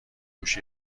پوش